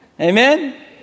Amen